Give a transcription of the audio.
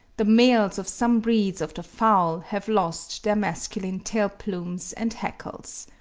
the males of some breeds of the fowl have lost their masculine tail-plumes and hackles.